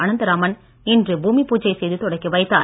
அனந்தராமன் இன்று பூமி பூஜை செய்து தொடக்கி வைத்தார்